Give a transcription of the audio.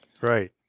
Right